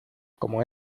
como